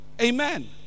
amen